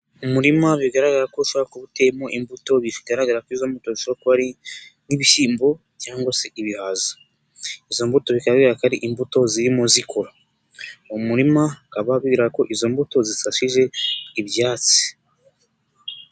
Umurima bigaragara ko ushobora kuba uteyemo imbuto, bigaragara ko izo mbuto zishobora kuba ari nk'ibishyimbo cyangwa se ibihaza, izo mbuto bikaba bigaragara ko ari imbuto zirimo zikura, uwo murima bikaba bigaragara ko izo mbuto zisashije ibyatsi.